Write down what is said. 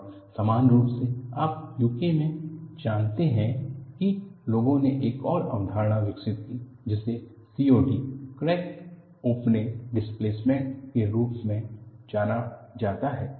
और समान रूप से आप UK में जानते हैं कि लोगों ने एक और अवधारणा विकसित की जिसे COD crack opening displacement crack opening displacement के रूप में जाना जाता है